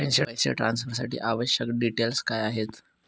पैसे ट्रान्सफरसाठी आवश्यक डिटेल्स काय आहेत?